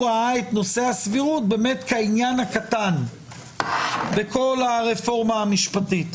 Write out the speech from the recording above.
ראה את נושא הסבירות כעניין הקטן בכל הרפורמה המשפטית,